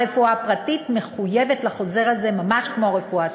הרפואה הפרטית מחויבת לחוזר הזה ממש כמו הרפואה הציבורית.